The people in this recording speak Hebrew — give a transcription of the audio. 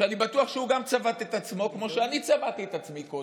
שאני בטוח שהוא גם צבט את עצמו כמו שאני צבטתי את עצמי קודם,